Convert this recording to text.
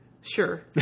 Sure